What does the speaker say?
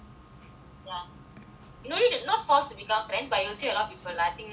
you no need not forced to become friends but you will see a lot of people lah I think you will learn a lot of stuffs